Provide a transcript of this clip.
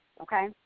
okay